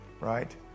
right